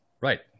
right